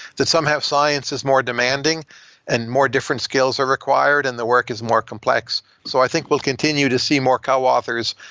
that somehow science is more demanding and more different skills are required and the work is more complex. so i think we'll continue to see more co-authors,